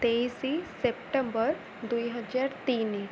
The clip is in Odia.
ତେଇଶ ସେପ୍ଟେମ୍ବର ଦୁଇହଜାର ତିନି